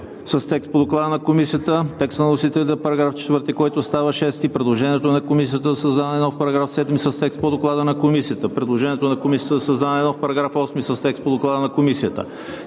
с текст по Доклада на Комисията;